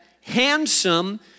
handsome